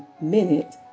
minute